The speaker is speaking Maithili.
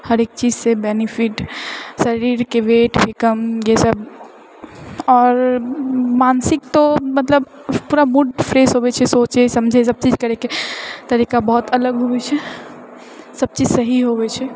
हरेक चीज से बेनिफिट शरीरके वेट भी कमैए सभ आओर मानसिक तो मतलब पूरा मूड फ्रेश होबे छै सोचै समझै सभ चीज करएके तरीका बहुत अलग होबे छै सभचीज सही होबे छै